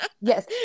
Yes